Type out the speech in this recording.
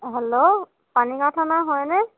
অ' hello Panigaon থানা হয়নে